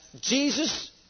Jesus